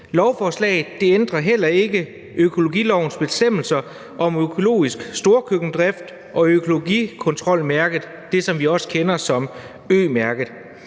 Lovforslaget ændrer heller ikke økologilovens bestemmelser om økologisk storkøkkendrift og økologikontrolmærket – det, som vi også kender som Ø-mærket.